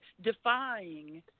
defying